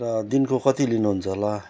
र दिनको कति लिनुहुन्छ होला